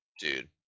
Dude